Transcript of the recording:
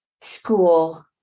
school